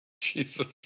Jesus